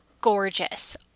gorgeous